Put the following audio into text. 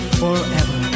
forever